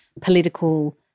political